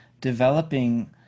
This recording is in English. developing